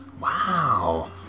Wow